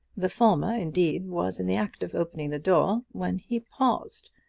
the former, indeed, was in the act of opening the door, when he paused.